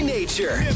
Nature